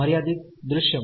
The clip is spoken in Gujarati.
મર્યાદિત દૃશ્ય માં